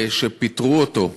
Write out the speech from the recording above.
שפיטרו אותו בגלל,